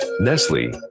Nestle